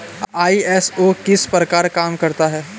ISO किस प्रकार काम करता है